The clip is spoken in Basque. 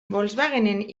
volkswagenen